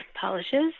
polishes